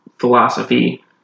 philosophy